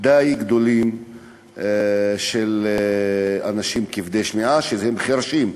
די גבוהים של אנשים כבדי שמיעה, חירשים.